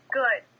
good